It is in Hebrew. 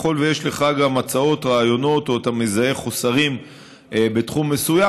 ככל שיש לך הצעות ורעיונות או שאתה מזהה חוסרים בתחום מסוים,